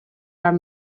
are